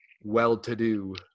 well-to-do